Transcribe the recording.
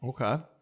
Okay